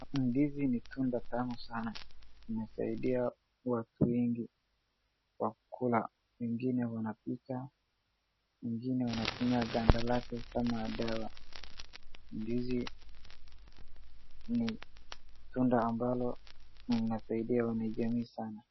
Ndizi ni tunda tamu sana, inasaidia watu wengi kwa kukula. wengine wanapika, wengine wanatumia ganda lake kama dawa. Ndizi ni tunda ambalo linasaidia wanajamii sana.